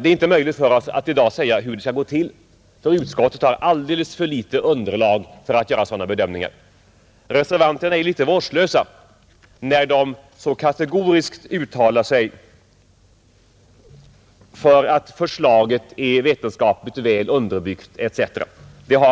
Det är inte möjligt för oss att i dag säga hur det skall gå till, för utskottet har alldeles för litet underlag för att göra sådana bedömningar. Reservanterna är litet vårdslösa när de så kategoriskt uttalar sig för att förslaget är vetenskapligt väl underbyggt etc.